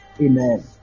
Amen